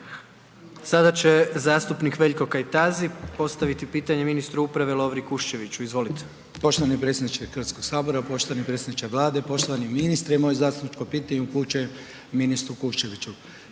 Sada će zastupnik Veljko Kajtazi postaviti pitanje ministru uprave Lovri Kuščeviću, izvolite. **Kajtazi, Veljko (Nezavisni)** Poštovani predsjedniče HS, poštovani predsjedniče Vlade, poštovani ministre, moje zastupničko pitanje upućujem ministru Kuščeviću,